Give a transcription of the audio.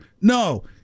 No